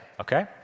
okay